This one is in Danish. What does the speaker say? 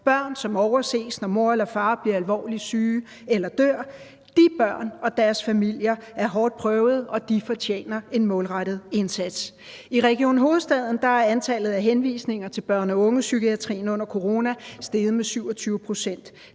børn, som overses, når mor eller far bliver alvorligt syge eller dør, og de børn og deres familier er hårdt prøvede, og de fortjener en målrettet indsats. I Region Hovedstaden er antallet af henvisninger til børne- og ungepsykiatrien under corona steget med 27 pct.